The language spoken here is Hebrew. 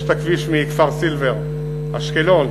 יש הכביש מכפר-סילבר אשקלון,